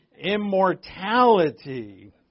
Immortality